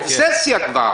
זה אובססיה כבר.